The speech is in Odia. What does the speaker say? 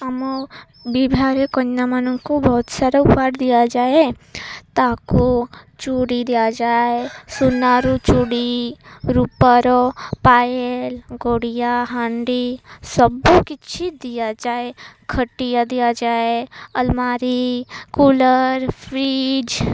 ଆମ ବିବାହରେ କନ୍ୟାମାନଙ୍କୁ ବହୁତ ସାରା ଉପହାର ଦିଆଯାଏ ତାକୁ ଚୁଡ଼ି ଦିଆଯାଏ ସୂନାରୁ ଚୁଡ଼ି ରୂପାର ପାଏଲ ଗୋଡ଼ିଆ ହାଣ୍ଡି ସବୁକିଛି ଦିଆଯାଏ ଖଟିଆ ଦିଆଯାଏ ଆଲମାରି କୁଲର୍ ଫ୍ରିଜ୍